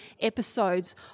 episodes